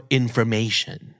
information